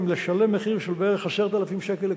לשלם מחיר של בערך 10,000 שקל לקוב.